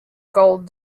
gold